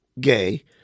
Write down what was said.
Gay